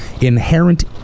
inherent